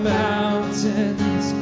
mountains